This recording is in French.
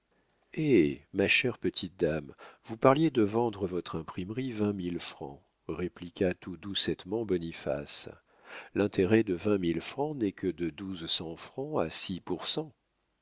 eh ma chère petite dame vous parliez de vendre votre imprimerie vingt mille francs répliqua tout doucettement boniface l'intérêt de vingt mille francs n'est que de douze cents francs à six pour cent